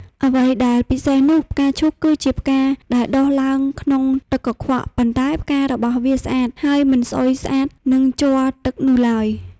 អ្វីដែលពិសេសនោះ ផ្កាឈូកគឺជាផ្កាដែលដុះឡើងក្នុងទឹកកខ្វក់ ប៉ុន្តែផ្ការបស់វាស្អាត ហើយមិនស្អុយស្អាតនឹងជ័រទឹកនោះឡើយ។